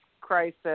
crisis